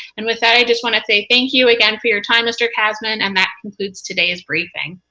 and with that, i just want to say thank you again for your time, mr. kasman, and that concludes today's briefing.